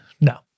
No